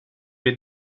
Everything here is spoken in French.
les